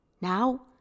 Now